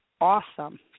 awesome